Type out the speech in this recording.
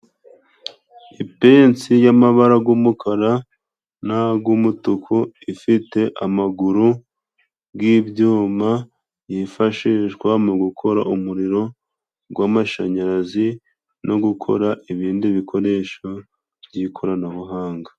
Ipensi y'amabara g'umukara n'ag'umutuku ifite amaguru g'ibyuma yifashishwa mu gukora umuriro gw'amashanyarazi no gukora ibindi bikoresho by'ikoranabuhanga.